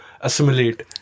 assimilate